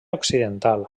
occidental